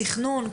ייצוא ותכנון.